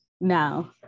now